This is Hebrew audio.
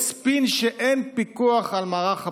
יש ספין שאין פיקוח על מערך הבחירות.